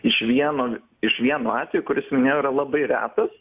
iš vieno iš vieno atvejo kuris nėra labai retas